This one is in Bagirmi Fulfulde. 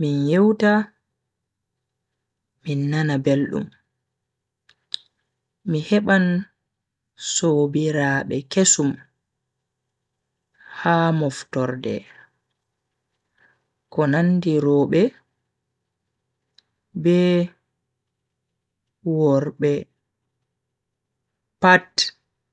min yewta min nana beldum. mi heban sobiraabe kesum ha moftorde ko nandi robe be worbe pat.